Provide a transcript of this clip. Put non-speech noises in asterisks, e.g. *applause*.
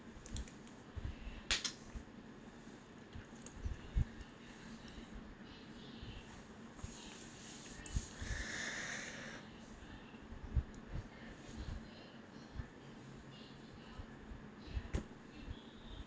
*breath*